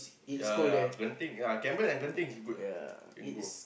ya ya ya Genting ya Cameron and Genting is good ah can go